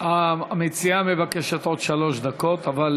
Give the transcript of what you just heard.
המציעה מבקשת עוד שלוש דקות, אבל